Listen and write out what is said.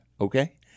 okay